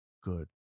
good